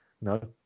No